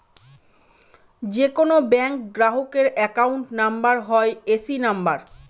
যে কোনো ব্যাঙ্ক গ্রাহকের অ্যাকাউন্ট নাম্বার হয় এ.সি নাম্বার